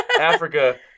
Africa